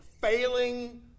failing